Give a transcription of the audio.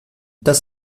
dass